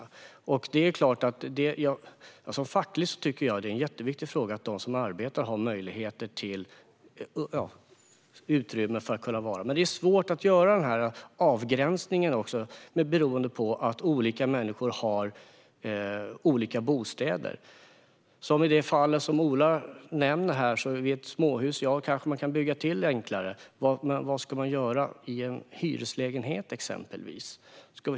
Som facklig tycker jag självklart att det är en jätteviktig fråga att de som arbetar har möjlighet till utrymmen att vara i, men det är svårt att göra avgränsningen - beroende på att olika människor har olika bostäder. I det fall Ola nämner, ett småhus, kanske man kan bygga till enklare, men vad ska man göra exempelvis i en hyreslägenhet?